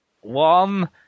One